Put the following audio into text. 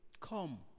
Come